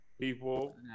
people